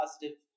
positive